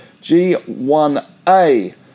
G1A